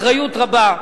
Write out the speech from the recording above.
אחריות רבה,